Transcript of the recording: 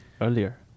earlier